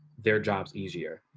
their jobs easier.